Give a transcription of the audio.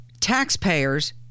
taxpayers